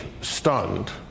stunned